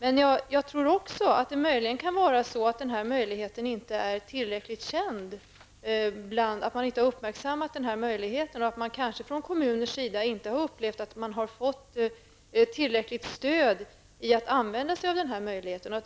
Jag tror också att det kan vara så att man inte har uppmärksammat denna möjlighet och att kommunerna kanske inte har upplevt att de har fått tillräckligt stöd i att använda sig av denna möjlighet.